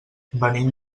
venim